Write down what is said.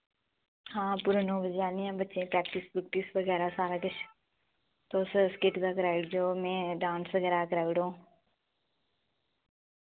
हां पूरा नौ बजे आह्नियै बच्चें प्रैक्टिस प्रुक्टिस बगैरा सारा किश तुस स्किट दा कराइड़यो मैं डांस बगैरा दा कराइड़ो